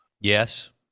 Yes